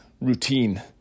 routine